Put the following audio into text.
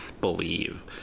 believe